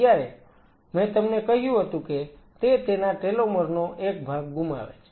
ત્યારે મેં તમને કહ્યું હતું કે તે તેના ટેલોમર નો એક ભાગ ગુમાવે છે